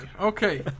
Okay